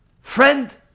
friend